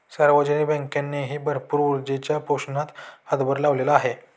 सार्वजनिक बँकेनेही भरपूर ऊर्जेच्या पोषणात हातभार लावलेला आहे